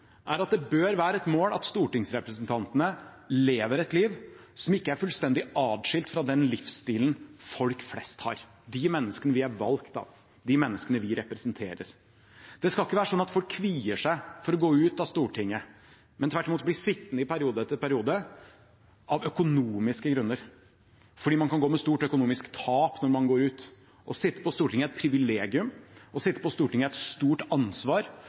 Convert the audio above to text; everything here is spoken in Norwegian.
er at det bør være et mål at stortingsrepresentantene lever et liv som ikke er fullstendig atskilt fra den livsstilen folk flest har – de menneskene vi er valgt av, de menneskene vi representerer. Det skal ikke være slik at folk kvier seg for å gå ut av Stortinget, men tvert imot blir sittende i periode etter periode av økonomiske grunner – fordi man kan gå med stort økonomisk tap når man går ut. Å sitte på Stortinget er et privilegium. Å sitte på Stortinget er et stort ansvar.